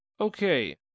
Okay